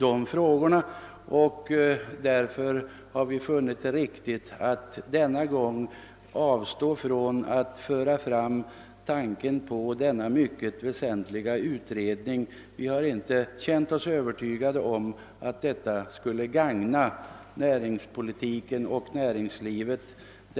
Därför har vi funnit det riktigast att denna gång avstå från att föra fram tanken på en utredning; vi har inte känt oss övertygade om att en sådan skulle gagna näringspolitiken och näringslivet.